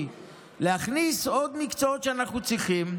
להכניס עוד מקצועות שאנחנו צריכים.